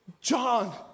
John